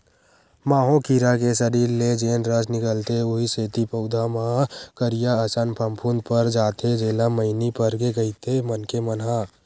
माहो कीरा के सरीर ले जेन रस निकलथे उहीं सेती पउधा म करिया असन फफूंद पर जाथे जेला मइनी परगे कहिथे मनखे मन ह